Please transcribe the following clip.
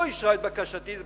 לא אישרה את בקשתי,